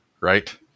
right